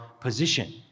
position